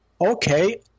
Okay